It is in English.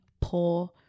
poor